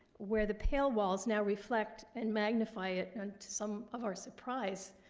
where the pale walls now reflect and magnify it, and to some of our surprise,